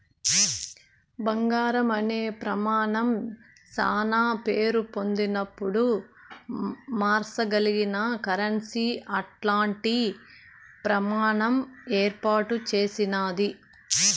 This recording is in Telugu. బంగారం అనే ప్రమానం శానా పేరు పొందినపుడు మార్సగలిగిన కరెన్సీ అట్టాంటి ప్రమాణం ఏర్పాటు చేసినాది